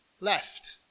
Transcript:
left